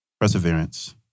perseverance